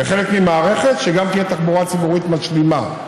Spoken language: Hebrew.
וחלק ממערכת זה שגם תהיה תחבורה ציבורית משלימה.